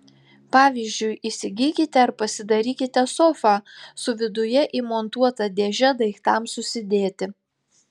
pavyzdžiui įsigykite ar pasidarykite sofą su viduje įmontuota dėže daiktams susidėti